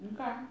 okay